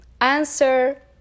answer